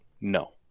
no